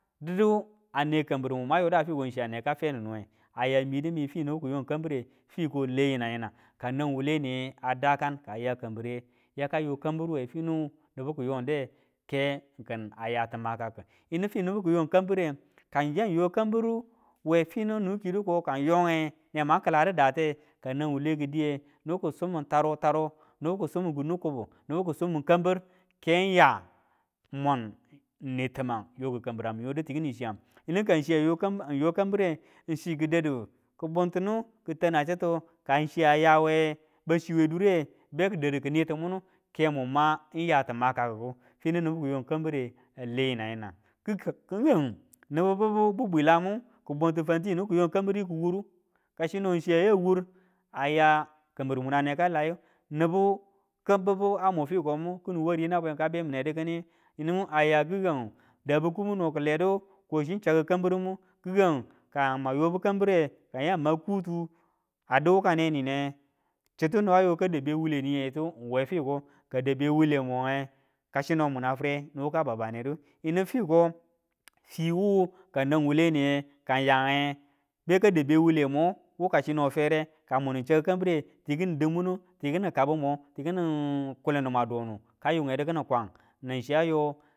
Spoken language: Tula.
Didu ane kambiru mun mwan yoda fiko chiya neka femin nuwe, aya mi yidu mi finu nibu ki yong kambire fiko a le yinang yinang kanang wuwule niye a dakan kaya kambire yakayo kambiru we finu nibu kiyon de ke ng kin a yati makaku. Yinu finu nibu kiyon kambire kang yan yo kambiru we finu nibu kiyi du ko kang yonge ne mwan kiladi date, ka nang wuwule kidiye nibu ki sun min yarau yarau nibu ki sumin kimi kubu nibu ki sumin kambir ken ya mun nwe ta mang yoki kambirang mu yodu ti chi yang yimu ka chiya ng yo kambire ng chi ki dadi ki buntidu ki tana chitu, ka chiya yawe bachi we dure beku dadu ki nitu mumu ken mun ma ng yati makakiku. Ifnu nibu kiyon kambire a le yinang yinang. Kikangu, kikangu nibu bibu bibwilamu ki bunti fantiyu nibu kiyon kambiriyu ki wurru, kasino chi ya ya wur a ya kambir muna neka laiyu, nibu kim biba mu fikomu kini wariyu, na bwen ka be mine du kiniyu aya kikangu dabu ku moo noki ledu ko chi chaku kambirimu kikangu ka mwan yobi kambire kayang ma kutu a di wukane nine hcitu niba yo ka dau be wule niye tu we fiko ka dau bewule monge ka chino muna fire nibu ka baba nedu yinu fiko chi wu ka nang wuwule niye kayange beka dau be wulemo wu kasino fere ka munu chaku kambire tikinu dimunu ti kabumo kulin nu mwan doni ka yun ngedu kini kwang. nan chi ayo